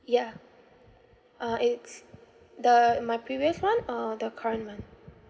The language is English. yeah uh it's the my previous [one] or the current one